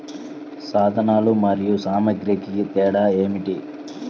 సాధనాలు మరియు సామాగ్రికి తేడా ఏమిటి?